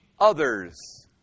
others